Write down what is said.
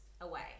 away